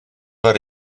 fawr